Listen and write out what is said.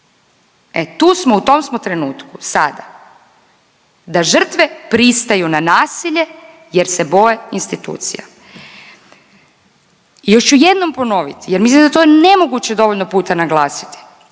E tu smo u tom smo trenutku sada da žrtve pristaju na nasilje jer se boje institucija. Još ću jednom ponoviti jer mislim da je to nemoguće dovoljno puta naglasiti,